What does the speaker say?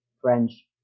French